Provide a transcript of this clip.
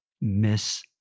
miss